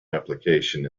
application